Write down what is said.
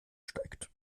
steigt